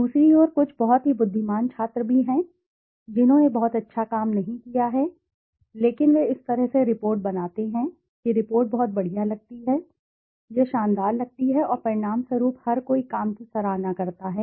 दूसरी ओर कुछ बहुत ही बुद्धिमान छात्र भी हैं जिन्होंने बहुत अच्छा काम नहीं किया है लेकिन वे इस तरह से रिपोर्ट बनाते हैं कि रिपोर्ट बहुत बढ़िया लगती है यह शानदार लगती है और परिणामस्वरूप हर कोई काम की सराहना करता है